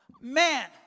man